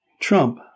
Trump